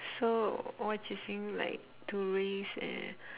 so what you saying to raise uh